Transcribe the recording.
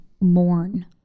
mourn